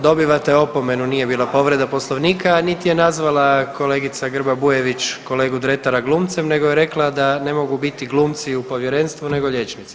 Dobivate opomenu, nije bila povreda Poslovnika niti je nazvala kolegica Grba Bujević kolegu Dretara glumcem, nego je rekla da ne mogu biti glumci u povjerenstvu, nego liječnici.